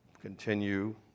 continue